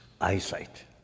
eyesight